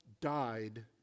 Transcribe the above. died